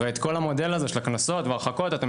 הרי את כל המודל הזה של הקנסות וההרחקות אתם